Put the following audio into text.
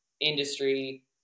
industry